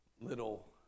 little